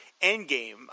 Endgame